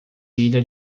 ilha